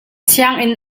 sianginn